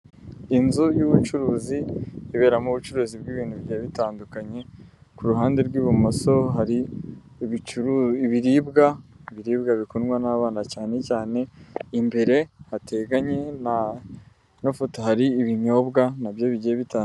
Inzu y'ubucuruzi iberamo ubucuruzi bw'ibintu bigiye bitandukanye, ku ruhande rw'ibumoso hari ibiribwa, ibiribwa bikundwa n'abana cyane cyane, imbere hateganye n'ino foto hari ibinyobwa na byo bigiye bitandukanye.